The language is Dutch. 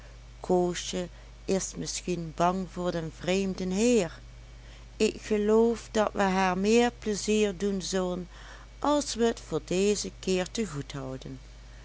koosje is misschien bang voor den vreemden heer ik geloof dat we haar meer pleizier doen zullen als we t voor dezen keer te goed houden